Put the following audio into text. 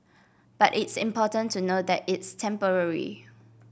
but it's important to know that it's temporary